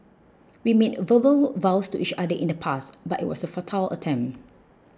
we made verbal vows to each other in the past but it was a futile attempt